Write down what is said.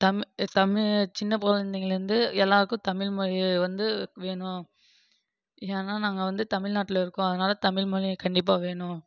தமிழ் தமிழ் சின்ன குழந்தைங்கள்லேருந்து எல்லாேருக்கும் தமிழ்மொழி வந்து வேணும் ஏன்னால் நாங்கள் வந்து தமிழ்நாட்டில் இருக்கோம் அதனால் தமிழ்மொழி கண்டிப்பாக வேணும்